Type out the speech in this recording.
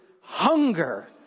hunger